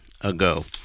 ago